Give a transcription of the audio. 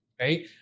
right